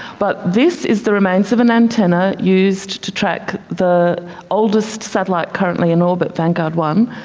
but this is the remains of an antenna used to track the oldest satellite currently in orbit, vanguard one,